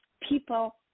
people